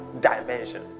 dimension